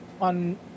On